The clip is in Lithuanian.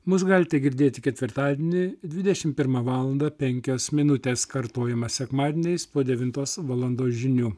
mus galite girdėti ketvirtadienį dvidešimt pirmą valandą penkios minutės kartojama sekmadieniais po devintos valandos žinių